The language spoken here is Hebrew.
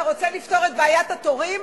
אתה רוצה לפתור את בעיית התורים,